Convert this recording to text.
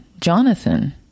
Jonathan